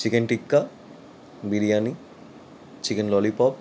chicken tikka biryani chicken lollipop